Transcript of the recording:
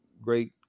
great